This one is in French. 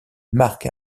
mark